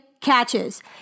catches